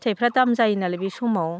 फिथाइफ्रा दाम जायो नालाय बे समाव